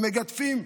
הם מגדפים.